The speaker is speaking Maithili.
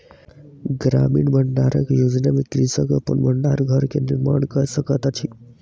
ग्रामीण भण्डारण योजना में कृषक अपन भण्डार घर के निर्माण कय सकैत अछि